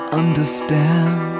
understand